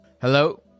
Hello